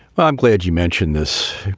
well, i'm glad you mentioned this.